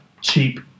cheap